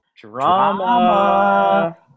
Drama